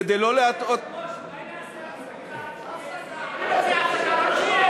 כדי לא להטעות, אדוני היושב-ראש, אולי נעשה הפסקה?